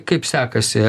kaip sekasi